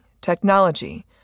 technology